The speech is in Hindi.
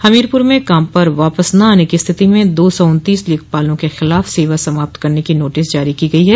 हमीरपुर में काम पर वापस न आने की स्थिति में दो सौ उन्तीस लेखपालों के खिलाफ सेवा समाप्त करने की नोटिस जारी की गई है